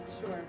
Sure